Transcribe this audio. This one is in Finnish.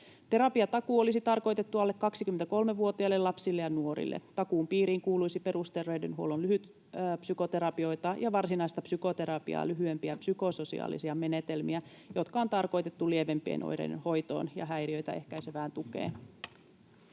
Terapiatakuu olisi tarkoitettu alle 23-vuotiaille lapsille ja nuorille. Takuun piiriin kuuluisi perusterveydenhuollon lyhytpsykoterapioita ja varsinaista psykoterapiaa lyhyempiä psykososiaalisia menetelmiä, jotka on tarkoitettu lievempien oireiden hoitoon ja häiriöitä ehkäisevään tukeen.